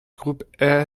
groupe